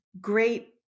great